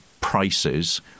prices